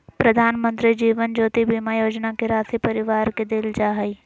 प्रधानमंत्री जीवन ज्योति बीमा योजना के राशी परिवार के देल जा हइ